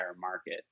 market